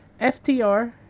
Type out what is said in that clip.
FTR